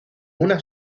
una